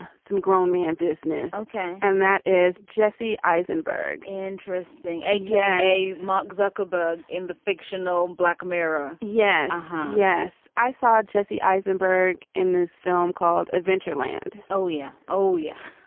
and some grown man business. ok. and that is jesse eisenberg interesting. a k a. mark zuckerberg in the fictional black mirror. yes yes. i saw jesse eisenberg in this film called adventure land. oh, yeah? oh, yeah.